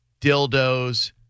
dildos